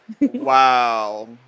wow